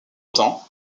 temps